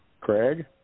Craig